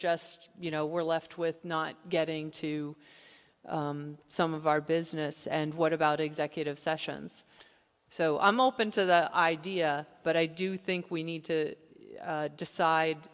just you know we're left with not getting to some of our business and what about executive sessions so i'm open to the idea but i do think we need to decide